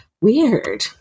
weird